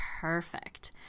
Perfect